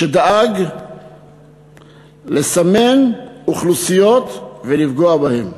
שדאג לסמן אוכלוסיות ולפגוע בהן.